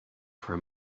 for